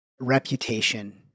reputation